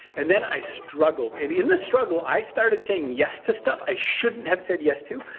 and then i struggled, and in the struggle i started saying yes to stuff i shouldn't have said yes to,